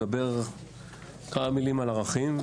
נדבר כמה מילים על ערכים,